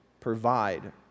provide